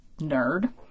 nerd